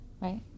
Right